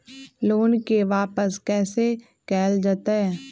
Loan के वापस कैसे कैल जतय?